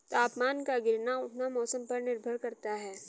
तापमान का गिरना उठना मौसम पर निर्भर करता है